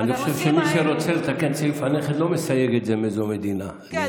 אני חושב שמי שרוצה לתקן את סעיף הנכד לא מסייג מאיזו מדינה.